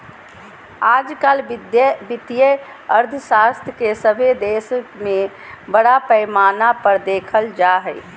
आजकल वित्तीय अर्थशास्त्र के सभे देश में बड़ा पैमाना पर देखल जा हइ